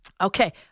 Okay